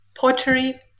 pottery